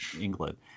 England